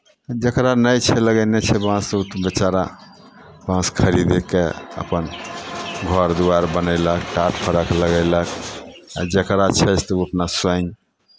जकरा नहि छै लगयने छै बाँस ओ तऽ बेचारा बाँस खरीदे कऽ अपन घर दुआरि बनयलक टाट फड़क लगयलक आ जकरा छै से ओ अपना स्वयं